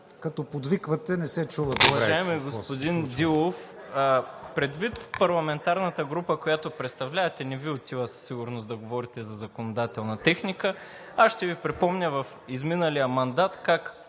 като подвиквате, не се чува какво…